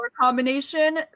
combination